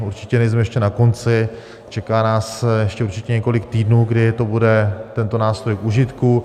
Určitě nejsme ještě na konci, čeká nás ještě určitě několik týdnů, kdy bude tento nástroj k užitku.